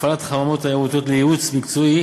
הפעלת חממות תיירות לייעוץ מקצועי